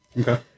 Okay